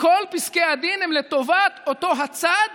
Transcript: כל פסקי הדין הם לטובת אותו הצד